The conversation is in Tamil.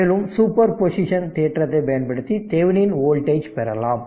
மேலும் சூப்பர் பொசிஷன் தேற்றத்தை பயன்படுத்தி தெவெனின் வோல்டேஜ் பெறலாம்